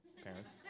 parents